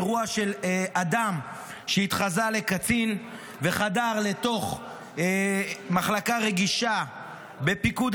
אירוע של אדם שהתחזה לקצין וחדר לתוך מחלקה רגישה בפיקוד